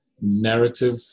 narrative